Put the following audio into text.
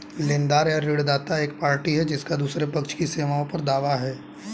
लेनदार या ऋणदाता एक पार्टी है जिसका दूसरे पक्ष की सेवाओं पर दावा है